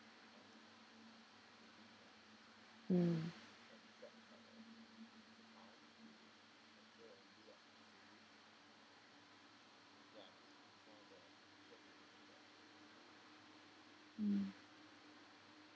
mm mm